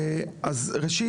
ראשית,